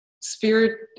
spirit